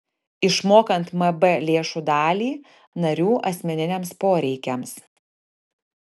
išmokant mb lėšų dalį narių asmeniniams poreikiams